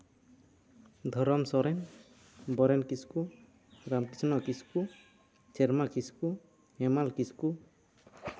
ᱫᱷᱚᱨᱚᱢ ᱥᱚᱨᱮᱱ ᱵᱚᱨᱮᱱ ᱠᱤᱥᱠᱩ ᱨᱟᱢ ᱠᱤᱥᱱᱚ ᱠᱤᱥᱠᱩ ᱥᱮᱨᱢᱟ ᱠᱤᱥᱠᱩ ᱦᱮᱢᱟᱞ ᱠᱤᱥᱠᱩ